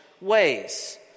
ways